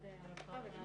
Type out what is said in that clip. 10:51.